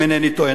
אם אינני טועה.